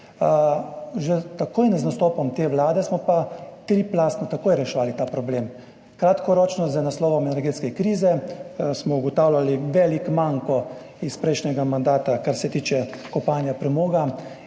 Že takoj z nastopom te vlade smo pa triplastno takoj reševali ta problem, kratkoročno z naslavljanjem energetske krize, ugotavljali smo velik manko iz prejšnjega mandata, kar se tiče kopanja premoga,